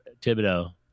Thibodeau